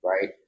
right